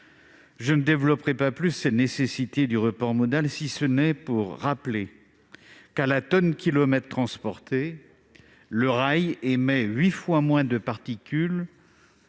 Je ne développerai pas plus avant sur la nécessité du report modal, si ce n'est pour rappeler qu'à la tonne kilomètre transportée, le rail émet huit fois moins de particules